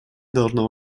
должно